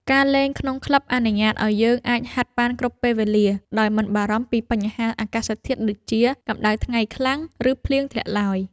ការលេងក្នុងក្លឹបអនុញ្ញាតឱ្យយើងអាចហាត់បានគ្រប់ពេលវេលា ដោយមិនបារម្ភពីបញ្ហាអាកាសធាតុដូចជា កម្ដៅថ្ងៃខ្លាំង ឬភ្លៀងធ្លាក់ឡើយ។